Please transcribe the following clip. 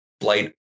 flight